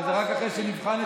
אבל זה רק אחרי שנבחן אתכם.